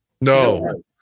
no